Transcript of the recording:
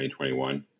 2021